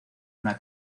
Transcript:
una